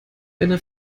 eine